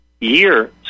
year